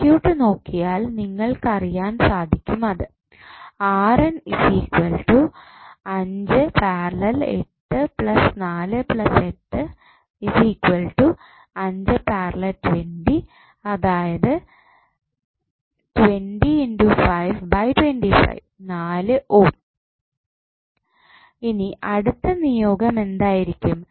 circuit നോക്കിയാൽ നിങ്ങൾക്ക് അറിയാൻ സാധിക്കും അത് ഇനി അടുത്ത നിയോഗം എന്തായിരിക്കും